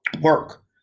work